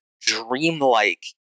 dreamlike